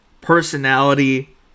personality